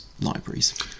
libraries